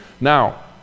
Now